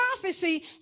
prophecy